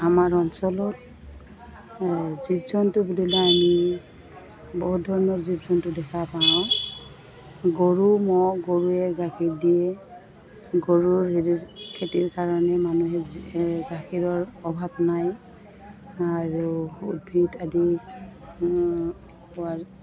আমাৰ অঞ্চলত জীৱ জন্তু বুলিলে আমি বহুত ধৰণৰ জীৱ জন্তু দেখা পাওঁ গৰু ম গৰুৱে গাখীৰ দিয়ে গৰুৰ হেৰিৰ খেতিৰ কাৰণে মানুহে গাখীৰৰ অভাৱ নাই আৰু উদ্ভিদ আদি পোৱাৰ